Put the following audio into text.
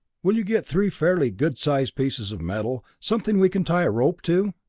will you get three fairly good-sized pieces of metal, something we can tie a rope to?